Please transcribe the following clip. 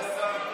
ראש הממשלה.